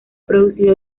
producido